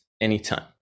anytime